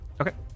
Okay